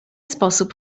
sposób